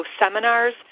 seminars